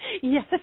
yes